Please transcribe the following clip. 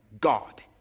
God